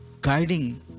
guiding